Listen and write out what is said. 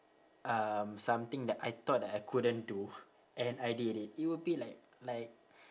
um something that I thought that I couldn't do and I did it it would be like like